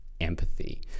empathy